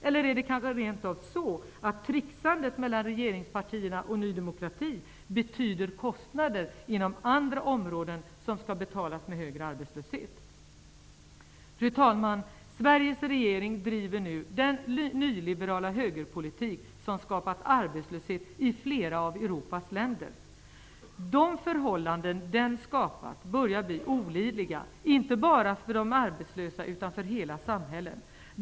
Eller är det rent av så att tricksandet mellan regeringspartierna och Ny demokrati betyder kostnader inom andra områden, som skall betalas med högre arbetslöshet? Fru talman! Sveriges regering driver nu den nyliberala högerpolitik som skapat arbetslöshet i flera av Europas länder. De förhållanden den skapat börjar bli olidliga, inte bara för de arbetslösa, utan för hela samhället.